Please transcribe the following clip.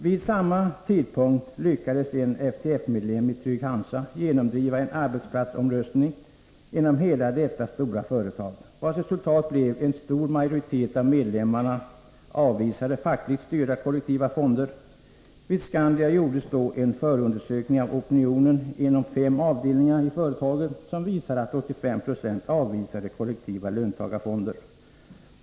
Vid samma tidpunkt lyckades en FTF-medlem vid Trygg-Hansa genomdriva en arbetsplatsomröstning inom hela detta stora företag, vars resultat blev att en stor majoritet av medlemmarna avvisade fackligt styrda kollektiva fonder. Vid Skandia gjordes då en förundersökning av opinionen inom fem avdelningar i företaget, som visade att 85 90 avvisade kollektiva löntagarfonder.